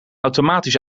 automatisch